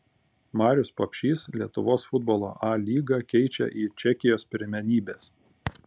marius papšys lietuvos futbolo a lygą keičia į čekijos pirmenybes